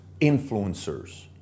influencers